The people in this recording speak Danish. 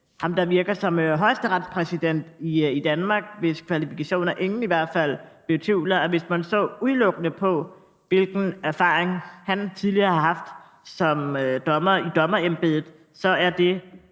ham, der virker som højesteretspræsident i Danmark, hvis kvalifikationer ingen i hvert fald betvivler, udelukkende har haft – altså, hvis man udelukkende ser på, hvilken erfaring han tidligere har fået som dommer i dommerembedet – en